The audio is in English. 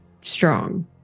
strong